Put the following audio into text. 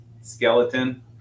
skeleton